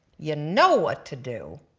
you know what to do